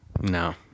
no